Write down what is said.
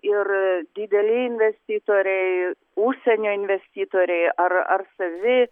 ir dideli investitoriai užsienio investitoriai ar ar savi